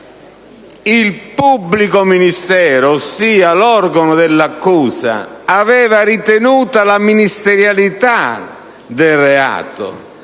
il pubblico ministero, ossia l'organo dell'accusa, ha ritenuto la ministerialità del reato